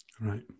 Right